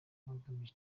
bagamije